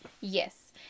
Yes